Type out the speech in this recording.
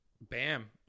Bam